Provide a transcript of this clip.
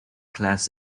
class